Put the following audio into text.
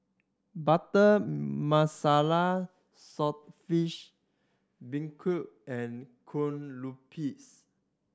Butter Masala beancurd and kue lupis